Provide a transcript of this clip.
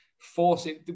forcing